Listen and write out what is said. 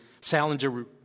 Salinger